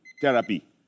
therapy